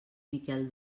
miquel